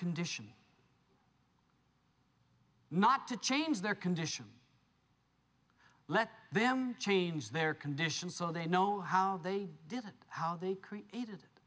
condition not to change their condition let them change their conditions so they know how they did it how they creat